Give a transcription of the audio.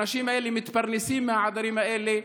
האנשים האלה מתפרנסים מהעדרים האלה,